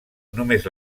només